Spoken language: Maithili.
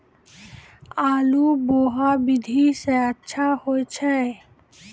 आलु बोहा विधि सै अच्छा होय छै?